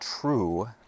true